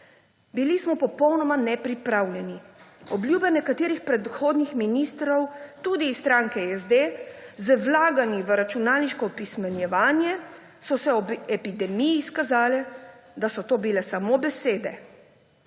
Bili smo popolnoma nepripravljeni. O obljubah nekaterih predhodnih ministrov, tudi iz stranke SD, o vlaganju v računalniško opismenjevanje se je ob epidemiji izkazalo, da so bile to samo besede.